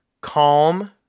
Calm